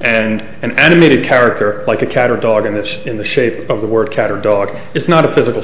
and an animated character like a cat or dog and it's in the shape of the word cat or dog it's not a physical